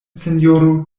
sinjoro